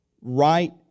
right